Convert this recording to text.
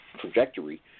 trajectory